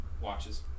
watches